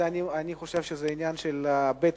אני חושב שזה עניין של בית-המשפט.